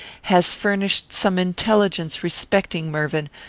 has furnished some intelligence respecting mervyn,